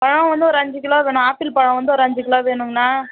பழம் வந்து ஒரு அஞ்சு கிலோ வேணும் ஆப்பிள் பழம் வந்து ஒரு அஞ்சு கிலோ வேணுங்கண்ணா